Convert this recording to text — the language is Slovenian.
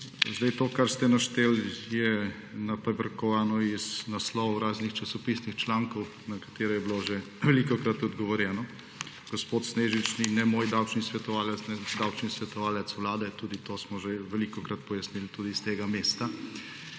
Sedaj to, kar ste našteli je napaberkovano iz naslovov raznih časopisnih člankov, na katere je bilo že velikokrat odgovorjeno. Gospod Snežič ni ne moj davčni svetovalec, ne davčni svetovalec Vlade. To smo že velikokrat pojasnili tudi s tega mesta.